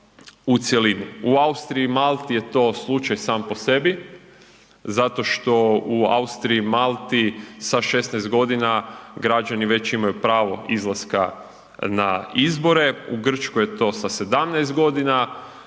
U Austriji i Malti je to slučaj sam po sebi zato što u Austriji i Malti sa 16.g. građani već imaju pravo izlaska na izbore, u Grčkoj je to sa 17.g.,